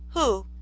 who,